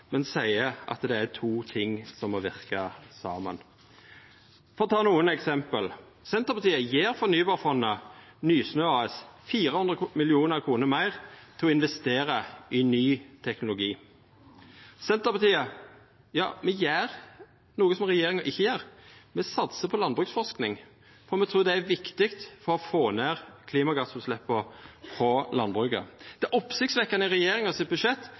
men seier at det er to ting som må verka saman. For å ta nokre eksempel: Senterpartiet gjev fornybarfondet Nysnø AS 400 mill. kr meir til å investera i ny teknologi. Senterpartiet gjer noko som regjeringa ikkje gjer, me satsar på landbruksforsking, for me trur det er viktig for å få ned klimagassutsleppa frå landbruket. Det oppsiktsvekkjande i regjeringa sitt budsjett